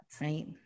Right